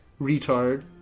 retard